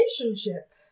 relationship